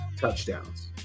touchdowns